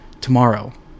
tomorrow